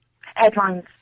headlines